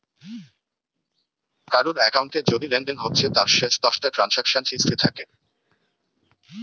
কারুর একাউন্টে যদি লেনদেন হচ্ছে তার শেষ দশটা ট্রানসাকশান হিস্ট্রি থাকে